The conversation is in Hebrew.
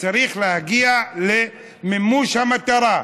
צריך להגיע למימוש המטרה: